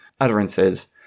utterances